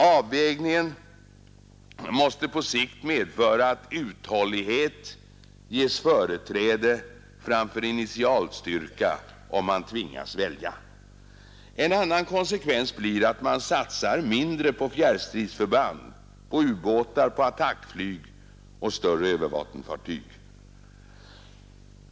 Avvägningen måste på sikt medföra att uthållighet ges företräde framför initialstyrka, om man tvingas välja. En annan konsekvens blir att man satsar mindre på fjärrstridsförband, på ubåtar, attackflyg och större övervattensfartyg.